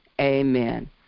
amen